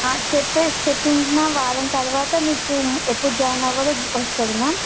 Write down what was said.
చెప్పే చెప్పిన వారం తర్వాత మీకు ఎప్పుడు జాయిన్ అవ్వాలో వస్తుంది మ్యామ్